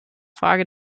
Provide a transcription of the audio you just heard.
frage